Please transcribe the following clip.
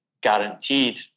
guaranteed